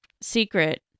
secret